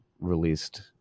released